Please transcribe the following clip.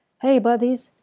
hey buddies!